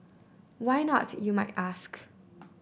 why not you might ask